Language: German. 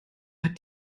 hat